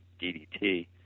DDT